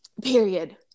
Period